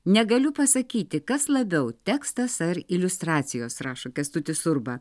negaliu pasakyti kas labiau tekstas ar iliustracijos rašo kęstutis urba